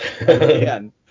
Again